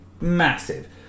massive